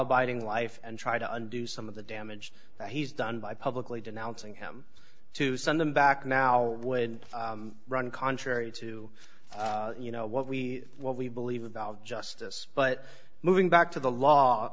abiding life and try to undo some of the damage that he's done by publicly denouncing him to send them back now would run contrary to you know what we what we believe about justice but moving back to the